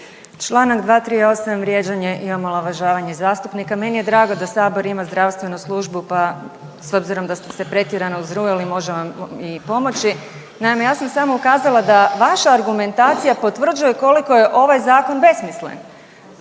Čl. 238, vrijeđanje i omalovažavanje zastupnika. Meni je drago da Sabor ima zdravstvenu službu pa s obzirom da ste se pretjerano uzrujali može vam i pomoći. Naime, ja sam samo ukazala da vaša argumentacija potvrđuje koliko je ovaj Zakon besmislen.